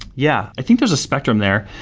yeah. i think there's a spectrum there.